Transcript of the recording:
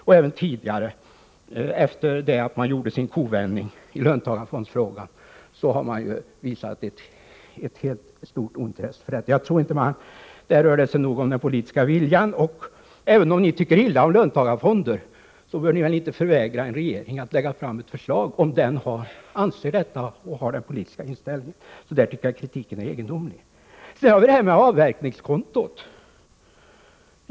Också tidigare, efter det att man gjorde sin kovändning i löntagarfondsfrågan, har man visat ett stort ointresse i det här sammanhanget. Här rör det sig nog om den politiska viljan. Även om ni tycker illa om löntagarfonder, så bör ni väl inte förvägra en regering att lägga fram ett förslag, om regeringen anser sig böra göra det. I det här fallet tycker jag att kritiken är egendomlig. Sedan har vi frågan om avverkningskontot.